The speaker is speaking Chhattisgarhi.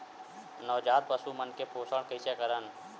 नवजात पशु मन के पोषण कइसे करन?